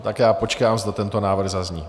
Tak já počkám, zda tento návrh zazní.